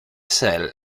cell